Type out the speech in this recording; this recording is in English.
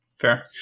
fair